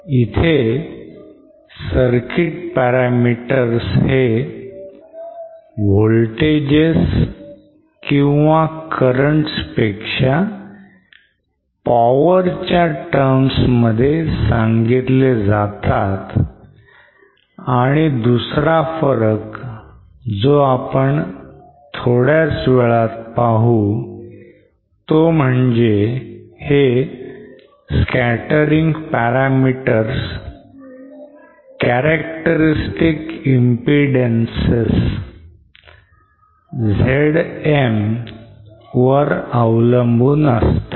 इथे circuit parameters हे voltages or currents पेक्षा power च्या terms मध्ये सांगितले जातात आणि दुसरा फरक जो आपण थोड्याच वेळात पाहू तो म्हणजे हे scattering parameters characteristic impedances Z M वर अवलंबून असतात